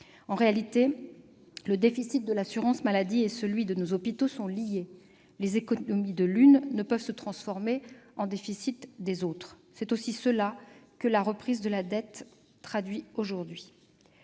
En réalité, le déficit de l'assurance maladie et celui de nos hôpitaux sont liés- les économies de l'une ne peuvent se transformer en déficits des autres. C'est aussi cela que la reprise de cette dette traduit aujourd'hui.